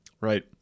Right